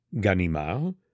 Ganimard